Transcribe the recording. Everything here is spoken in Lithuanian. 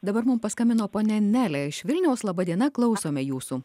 dabar mum paskambino ponia nelė iš vilniaus laba diena klausome jūsų